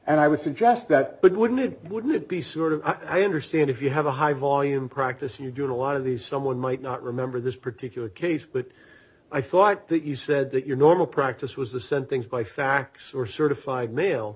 and i would suggest that but wouldn't it wouldn't it be sort of i understand if you have a high volume practice you're doing a lot of these someone might not remember this particular case but i thought that you said that your normal practice was the said things by fax or certified mail